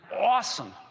Awesome